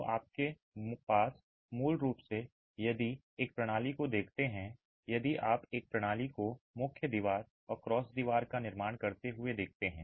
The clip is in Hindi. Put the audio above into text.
तो आपके पास मूल रूप से यदि आप एक प्रणाली को देखते हैं यदि आप एक प्रणाली को मुख्य दीवार और क्रॉस दीवार का निर्माण करते हुए देखते हैं